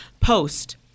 post